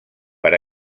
per